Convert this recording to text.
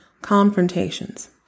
Confrontations